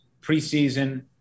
preseason